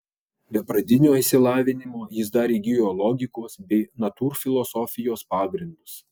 be pradinio išsilavinimo jis dar įgijo logikos bei natūrfilosofijos pagrindus